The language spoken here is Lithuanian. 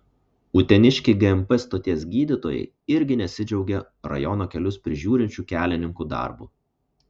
uteniškiai gmp stoties gydytojai irgi nesidžiaugia rajono kelius prižiūrinčių kelininkų darbu